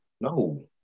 no